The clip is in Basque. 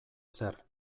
zer